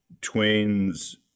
Twain's